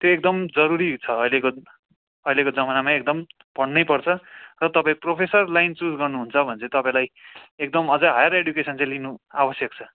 त्यो एकदम जरुरी छ अहिलेको अहिलेको जमानामा एकदम पढ्नैपर्छ र तपाईँ प्रोफेसर लाइन चुज गर्नुहुन्छ भने चाहिँ तपाईँलाई एकदम अझै हायर एडुकेसन चाहिँ लिनु आवश्यक छ